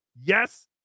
Yes